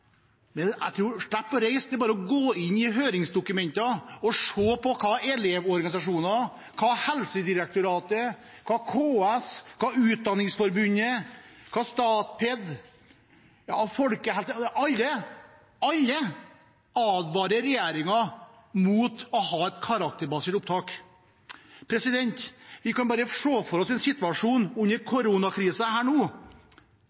Men jeg tror hun slipper å reise. Det er bare å gå inn i høringsdokumentene og se på hva elevorganisasjoner, hva Helsedirektoratet, KS, Utdanningsforbundet, Statped og Folkehelseinstituttet sier. Alle advarer regjeringen mot å ha et karakterbasert opptak. Vi kan bare se for oss en situasjon under